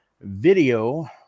video